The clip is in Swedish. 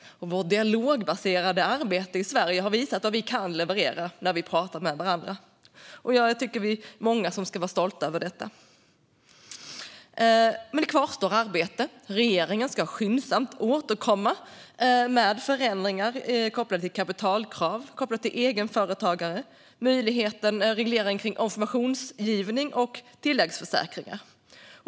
Vårt dialogbaserade arbete i Sverige har visat vad vi kan leverera när vi pratar med varandra. Vi är många som ska vara stolta över detta. Det kvarstår arbete. Regeringen ska skyndsamt återkomma med förändringar kopplade till kapitalkrav, egenföretagare, möjligheten att reglera informationsgivning och tilläggsförsäkringar.